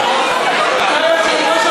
אתה,